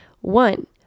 one